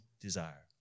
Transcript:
desire